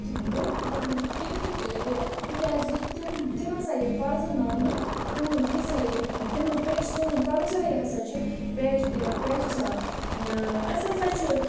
برٛونٛہہ کُن پَکناوان تِم تہِ یہِ تِکیٛازِ یہِ تِم تِم ہسا یِن پَرٛزٕناونہٕ تِہُنٛد یہِ ہسا یہِ تِہٕنٛز یہِ سون کَلچَرٕے ہسا چھِ پ پہچان آ أسۍ ہَسا چھِ